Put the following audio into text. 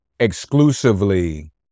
exclusively